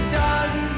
done